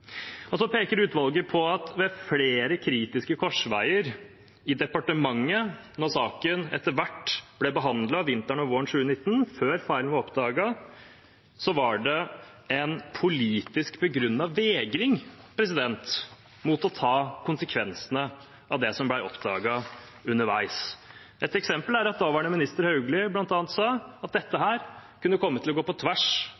Så peker utvalget på at ved flere kritiske korsveier i departementet, når saken etter hvert ble behandlet vinteren og våren 2019, før feilen ble oppdaget, var det en politisk begrunnet vegring mot å ta konsekvensene av det som ble oppdaget underveis. Et eksempel er at daværende minister Hauglie bl.a. sa at dette kunne komme til å gå på tvers